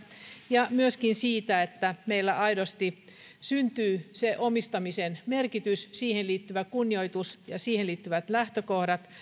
ja myöskin siitä että meillä aidosti syntyy se omistamisen merkitys siihen liittyvä kunnioitus ja siihen liittyvät lähtökohdat